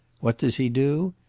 what does he do?